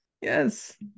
Yes